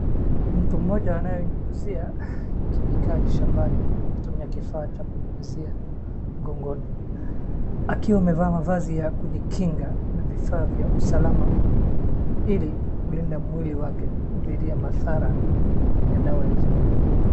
Mtu mmoja anayenyunyizia kemikali shambani kwa kutumia kifaa cha kunyunyizia mgongoni akiwa amevaa mavazi ya kujikinga na vifaa vya usalama ili kulinda mwili wake dhidi ya madhara ya dawa hizo.